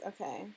okay